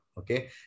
Okay